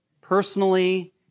personally